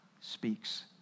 speaks